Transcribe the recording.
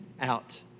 out